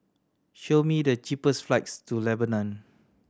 show me the cheapest flights to Lebanon